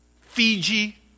Fiji